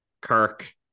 Kirk –